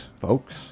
folks